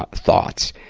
but thoughts.